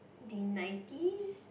the nineties